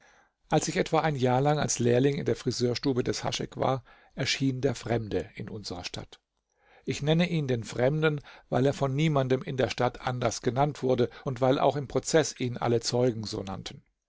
als ich etwa ein jahr lang als lehrling in der friseurstube des haschek war erschien der fremde in unserer stadt ich nenne ihn den fremden weil er von niemandem in der stadt anders genannt wurde und weil auch im prozeß ihn alle zeugen so nannten